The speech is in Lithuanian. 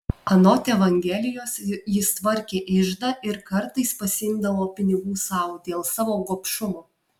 anot evangelijos jis tvarkė iždą ir kartais pasiimdavo pinigų sau dėl savo gobšumo